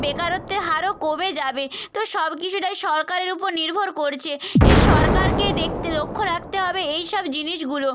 বেকারত্বের হারও কমে যাবে তো সব কিছুটাই সরকারের উপর নির্ভর করছে এ সরকারকে দেখতে লক্ষ রাখতে হবে এই সব জিনিসগুলো